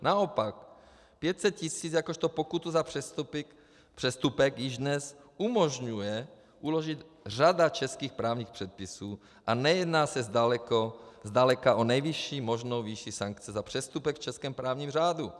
Naopak, 500 tisíc jakožto pokutu za přestupek již dnes umožňuje uložit řada českých právních předpisů a nejedná se zdaleka o nejvyšší možnou výši sankce za přestupek v českém právním řádu.